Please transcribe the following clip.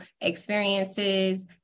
experiences